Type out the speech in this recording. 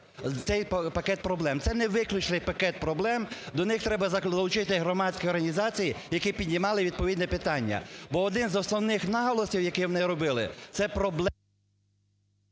Це не виключний пакет проблем, до них треба залучити громадські організації, які піднімали відповідне питання. Бо один з основних наголосів, яке вони робили, це…